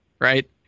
right